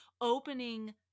opening